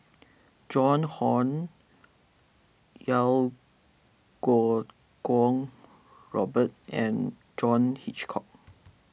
Joan Hon Iau Kuo Kwong Robert and John Hitchcock